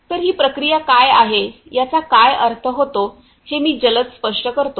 तर ही प्रक्रिया काय आहे याचा काय अर्थ होतो हे मी जलद स्पष्ट करतो